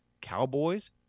cowboys